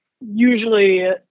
usually